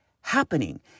happening